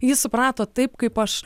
jis suprato taip kaip aš